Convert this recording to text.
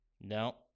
No